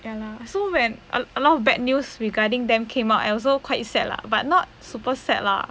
ya lah so when a lot of bad news regarding them came up I also quite sad lah but not super sad lah